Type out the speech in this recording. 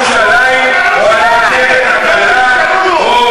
מתי אי-פעם מישהו מכם דרש החמרה בענישה